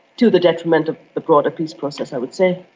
to the detriment of the broader peace process, i would say.